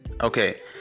okay